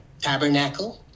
tabernacle